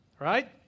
right